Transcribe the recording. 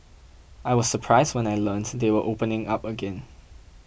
I was surprised when I learnt they were opening up again